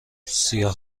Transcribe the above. سیاه